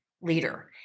leader